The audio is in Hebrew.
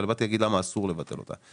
אבל באתי להגיד למה אסור לבטל אותה.